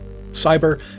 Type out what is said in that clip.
Cyber